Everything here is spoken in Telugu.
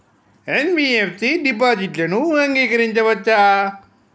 ఎన్.బి.ఎఫ్.సి డిపాజిట్లను అంగీకరించవచ్చా?